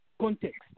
context